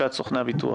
לשכת סוכני הביטוח.